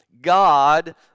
God